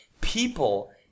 people